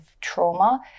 trauma